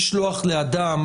שיגיע בהמשך בעניין של תאגידים,